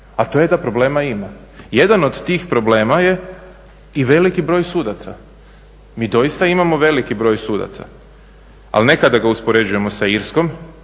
a to je da problema ima. Jedan od tih problema je i veliki broj sudaca. Mi doista imamo veliki broj sudaca, ali ne kada ga uspoređujemo sa Irskom